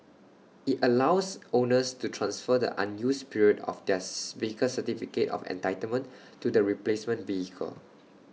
IT allows owners to transfer the unused period of theirs vehicle's certificate of entitlement to the replacement vehicle